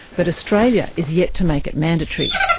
but australia is yet to make it mandatory.